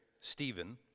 Stephen